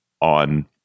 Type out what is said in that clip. on